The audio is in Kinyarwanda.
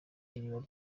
iriba